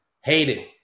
hated